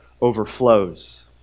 overflows